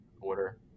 Order